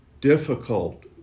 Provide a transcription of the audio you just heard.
difficult